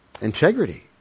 integrity